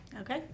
Okay